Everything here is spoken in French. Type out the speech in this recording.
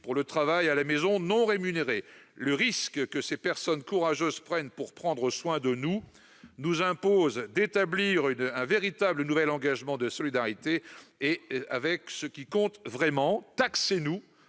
pour le travail à la maison non rémunéré. Le risque que ces personnes courageuses prennent pour prendre soin de nous nous impose d'établir un véritable nouvel engagement de solidarité avec ce qui compte vraiment. Taxez-nous